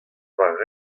war